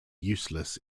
useless